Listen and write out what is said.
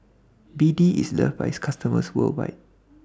BD IS loved By its customers worldwide